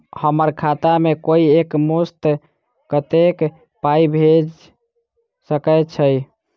हम्मर खाता मे कोइ एक मुस्त कत्तेक पाई भेजि सकय छई?